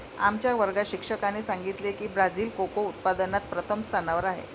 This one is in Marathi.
आमच्या वर्गात शिक्षकाने सांगितले की ब्राझील कोको उत्पादनात प्रथम स्थानावर आहे